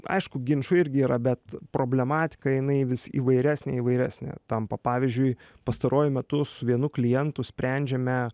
aišku ginčų irgi yra bet problematika jinai vis įvairesnė įvairesnė tampa pavyzdžiui pastaruoju metu su vienu klientu sprendžiame